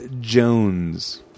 Jones